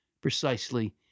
precisely